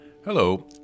Hello